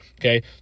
okay